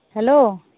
hello